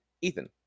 Ethan